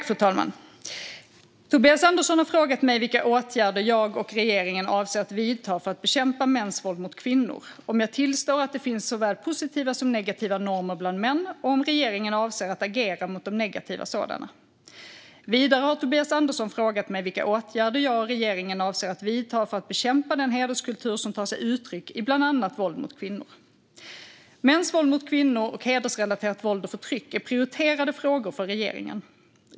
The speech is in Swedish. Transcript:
Fru talman! Tobias Andersson har frågat mig vilka åtgärder jag och regeringen avser att vidta för att bekämpa mäns våld mot kvinnor, om jag tillstår att det finns såväl positiva som negativa normer bland män och om regeringen avser att agera mot de negativa sådana. Vidare har Tobias Andersson frågat mig vilka åtgärder jag och regeringen avser att vidta för att bekämpa den hederskultur som tar sig uttryck i bland annat våld mot kvinnor. Mäns våld mot kvinnor och hedersrelaterat våld och förtryck är prioriterade frågor för regeringen.